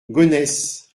gonesse